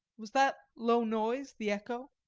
was that low noise the echo?